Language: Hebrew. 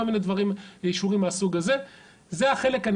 כל מיני דברים ואישורים מהסוג הזה.